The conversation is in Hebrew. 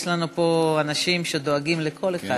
יש לנו פה אנשים שדואגים לכל אחד.